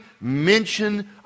mention